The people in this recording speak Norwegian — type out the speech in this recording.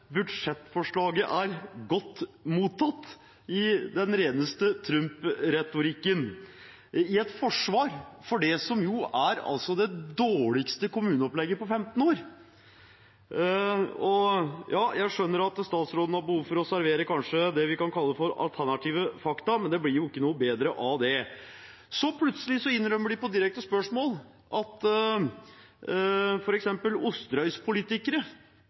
budsjettforslaget er godt mottatt – i reneste Trump-retorikk, som et forsvar for det dårligste kommuneopplegget på 15 år. Ja, jeg skjønner at statsråden kanskje har behov for å servere det vi kan kalle for alternative fakta, men det blir ikke noe bedre av det. Så innrømmer de plutselig på direkte spørsmål at